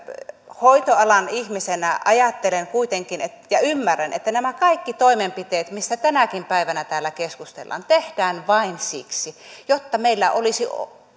hoitoalan ihmisenä ajattelen ja ymmärrän kuitenkin että nämä kaikki toimenpiteet mistä tänäkin päivänä täällä keskustellaan tehdään vain siksi jotta meillä olisi